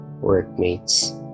workmates